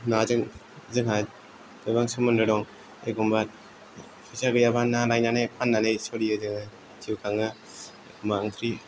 नाजों जोंहा गोबां सोमोन्दो दं एखम्बा फैसा गैयाबा ना लायनानै फान्नानै सलियो जोङो जिउ खाङो एखम्बा ओंख्रि